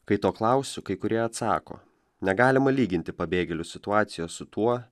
kai to klausiu kai kurie atsako negalima lyginti pabėgėlių situacijos su tuo